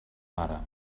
mare